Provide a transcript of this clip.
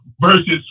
versus